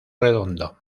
redondo